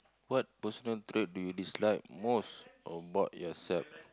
what personal trait do you dislike most about yourself